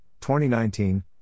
2019